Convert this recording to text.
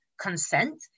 consent